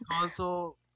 console